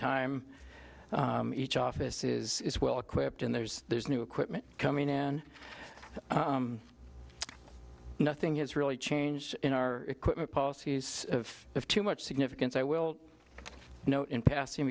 time each office is well equipped and there's there's new equipment coming in and nothing has really changed in our equipment policies of if too much significance i will note in passing